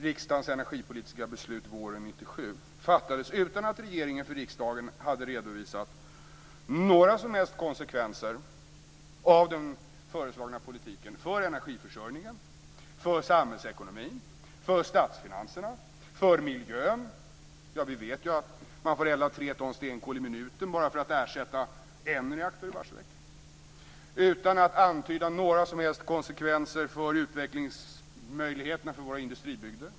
Riksdagens energipolitiska beslut våren 1997 fattades utan att regeringen för riksdagen hade redovisat några som helst konsekvenser av den föreslagna politiken för energiförsörjningen, för samhällsekonomin, för statsfinanserna och för miljön. Vi vet ju att man får elda tre ton stenkol i minuten bara för att ersätta en reaktor i Barsebäck. Man antydde inte några som helst konsekvenser för utvecklingsmöjligheterna för våra industribygder.